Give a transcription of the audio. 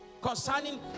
concerning